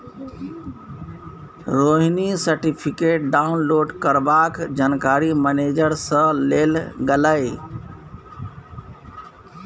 Rohini certificate download करबाक जानकारी manager सँ लेल गेलै